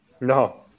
No